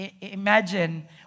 imagine